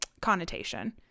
connotation